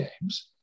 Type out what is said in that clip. games